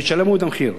והם ישלמו את המחיר.